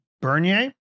Bernier